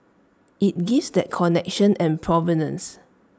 IT gives that connection and provenance